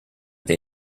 they